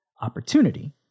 opportunity